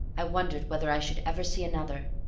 i wondered whether i should ever see another,